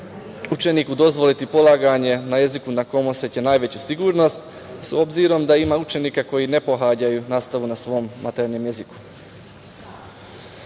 učeniku dozvoliti polaganje na jeziku na kom oseća najveću sigurnost s obzirom da ima učenika koji ne pohađaju nastavu na svom maternjem